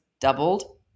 doubled